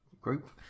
Group